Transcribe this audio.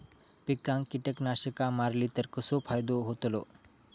पिकांक कीटकनाशका मारली तर कसो फायदो होतलो?